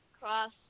Cross